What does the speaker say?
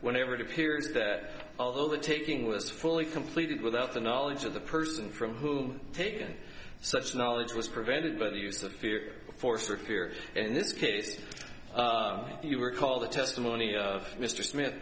whenever it appears that all of the taking was fully completed without the knowledge of the person from whom taken such knowledge was prevented by the use of fear force or fear in this case if you recall the testimony of mr smith